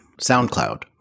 SoundCloud